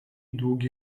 długi